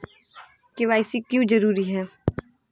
KYC क्यों जरूरी है?